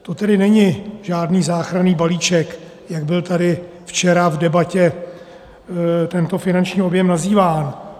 To tedy není žádný záchranný balíček, jak byl tady včera v debatě tento finanční objem nazýván.